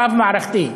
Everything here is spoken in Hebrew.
רב-מערכתית,